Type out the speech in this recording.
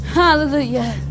hallelujah